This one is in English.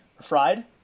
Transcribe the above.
Fried